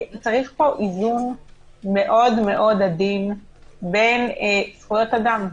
צריך פה איזון מאוד מאוד עדין בין זכויות אדם,